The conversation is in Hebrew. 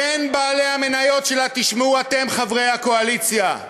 בין בעלי המניות שלה, תשמעו אתם, חברי הקואליציה,